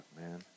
man